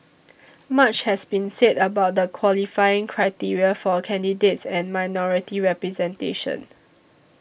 much has been said about the qualifying criteria for candidates and minority representation